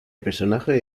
personaje